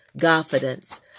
confidence